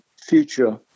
future